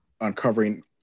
uncovering